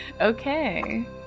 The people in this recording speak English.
okay